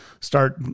start